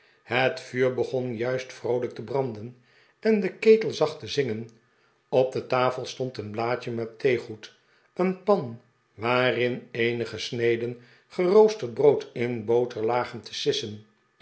het vuur begon juist vroolijk te branden en de ketel zag te zingen op de tafel stond een blaadje met theegoed een pan waarin eenige sneden geroosterd brood in boter lagen te sissen